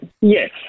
Yes